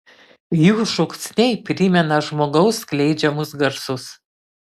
jų šūksniai primena žmogaus skleidžiamus garsus